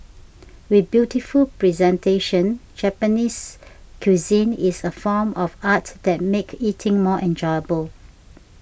with beautiful presentation Japanese cuisine is a form of art that make eating more enjoyable